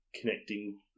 connecting